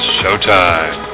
showtime